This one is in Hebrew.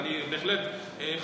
ואני בהחלט,